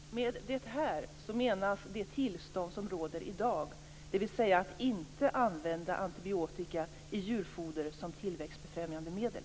Fru talman! Med "det här" menas det tillstånd som råder i dag, dvs. att man inte använder antibiotika i djurfoder som tillväxtbefrämjande medel.